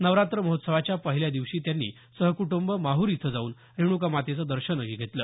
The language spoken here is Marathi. नवरात्र महोत्सवाच्या पहिल्या दिवशी त्यांनी सहकुटुंब माहूर इथं जाऊन रेणुकामातेचं दर्शन घेतलं